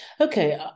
Okay